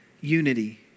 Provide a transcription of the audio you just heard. unity